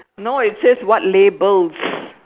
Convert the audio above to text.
no it says what labels